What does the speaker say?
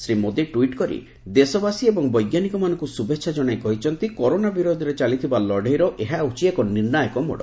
Shri Modi tweet କରି ଦେଶବାସୀ ଏବଂ ବୈଜ୍ଞାନିକମାନଙ୍କୁ ଶୁଭେଚ୍ଛା କହିଛନ୍ତି କରୋନା ବିରୋଧରେ ଚାଲିଥିବା ଲଢ଼େଇର ଏହା ହେଉଛି ଏକ ନିର୍ଣ୍ଣାୟକ ମୋଡ଼